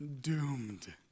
doomed